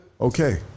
Okay